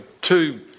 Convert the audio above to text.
Two